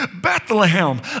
Bethlehem